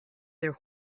their